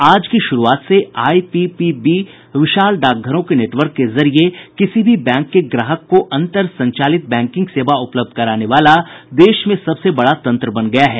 आज की शुरूआत से आईपीपीबी विशाल डाकघरों के नेटवर्क के जरिये किसी भी बैंक के ग्राहक को अन्तर संचालित बैंकिंग सेवा उपलब्ध कराने वाला देश में सबसे बड़ा तंत्र बन गया है